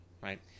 Right